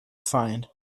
find